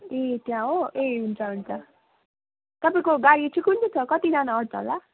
ए त्यहाँ हो ए हुन्छ हुन्छ तपाईँको गाडी चाहिँ कुन चाहिँ छ कतिजना अट्छ होला